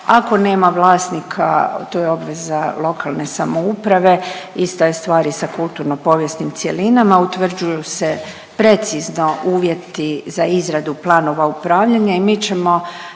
ako nema vlasnika to je obveza lokalne samouprave. Ista je stvar i sa kulturno povijesnim cjelinama. Utvrđuju se precizno uvjeti za izradu planova upravljanja i mi ćemo